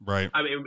Right